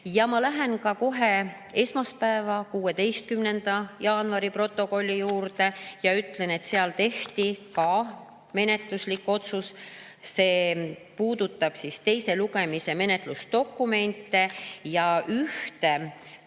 Ma lähen ka kohe esmaspäeva, 16. jaanuari protokolli juurde ja ütlen, et sel [istungil] tehti ka menetluslik otsus. See puudutab teise lugemise menetlusdokumente. Ühte